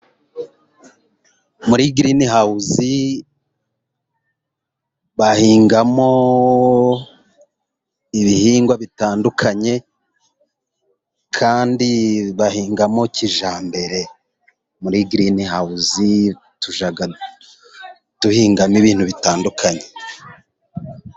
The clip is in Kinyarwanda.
Muri girini hawuzi， bahingamo ibihingwa bitandukanye， kandi bahingamo kijyambere. Muri girini hawuzi，tujya duhingamo ibintu bitandukanye.